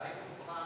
האם אתה מוכן